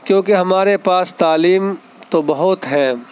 کیونکہ ہمارے پاس تعلیم تو بہت ہے